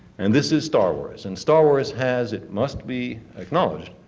and this is star wars. and star wars has, it must be acknowledged,